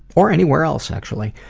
or anywhere else actually.